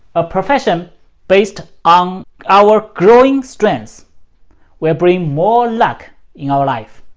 a profession based on our growing strength will bring more luck in our life,